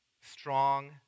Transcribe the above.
strong